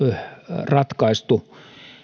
ratkaistu